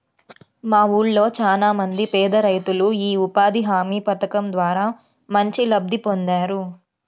మా ఊళ్ళో చానా మంది పేదరైతులు యీ ఉపాధి హామీ పథకం ద్వారా మంచి లబ్ధి పొందేరు